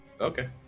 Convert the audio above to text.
okay